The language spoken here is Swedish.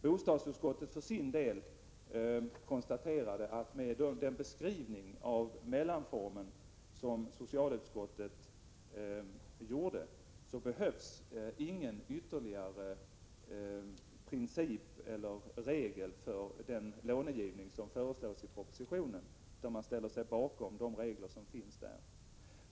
Bostadsutskottet för sin del konstaterade att med den beskrivning av mellanformen som socialutskottet gjorde behövs ingen ytterligare princip eller regel för den lånegivning som föreslås i propositionen. Bostadsutskottet ställer sig bakom de regler som anges i propositionen.